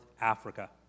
Africa